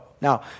Now